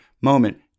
moment